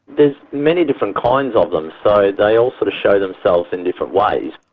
there's many different kinds of them, so they all sort of show themselves in different ways.